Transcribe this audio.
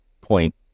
point